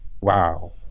Wow